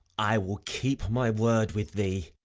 i will keep my word with thee.